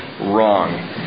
wrong